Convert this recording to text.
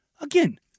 Again